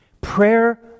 Prayer